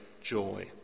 joy